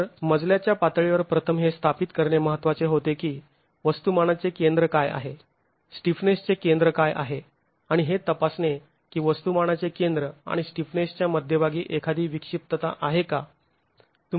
तर मजल्याच्या पातळीवर प्रथम हे स्थापित करणे महत्त्वाचे होते की वस्तुमानाचे केंद्र काय आहे स्टिफनेसचे केंद्र काय आहे आणि हे तपासणे की वस्तुमानाचे केंद्र आणि स्टिफनेसच्या मध्यभागी एखादी विक्षिप्तता आहे का